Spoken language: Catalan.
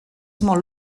molt